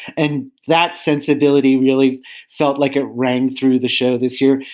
and that sensibility really felt like it rang through the show this year.